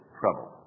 trouble